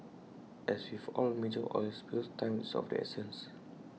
as with all major oil spills time is of the essence